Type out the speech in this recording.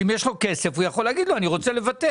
אם יש לו כסף, הוא יכול להגיד שהוא רוצה לבטח.